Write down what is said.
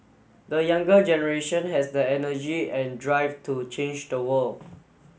the younger generation has the energy and drive to change the world